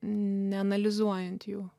neanalizuojant jų